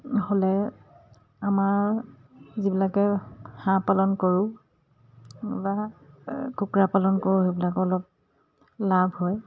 হ'লে আমাৰ যিবিলাকে হাঁহ পালন কৰোঁ বা কুকুৰা পালন কৰোঁ সেইবিলাকো অলপ লাভ হয়